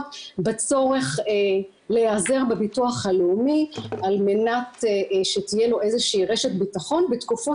בצורך להיעזר בביטוח הלאומי על מנת שתהיה לו איזו שהיא רשת בטחון בתקופות